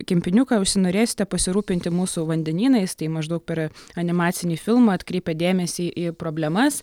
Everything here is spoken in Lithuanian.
kempiniuką užsinorėsite pasirūpinti mūsų vandenynais tai maždaug per animacinį filmą atkreipia dėmesį į problemas